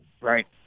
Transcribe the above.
right